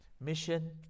Mission